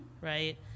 Right